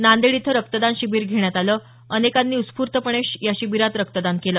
नांदेड इथं रक्तदान शिबीर घेण्यात आलं अनेकांनी उत्स्फूर्तपणे याशिबीरात रक्तदान केलं